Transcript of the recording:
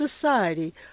society